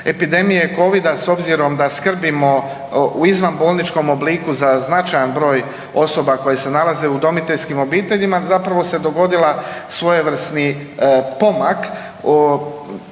epidemije covida s obzirom da skrbimo u izvanbolničkom obliku za značajan broj osoba koje se nalaze u udomiteljskim obiteljima zapravo se dogodila svojevrsni pomak.